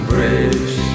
Bridge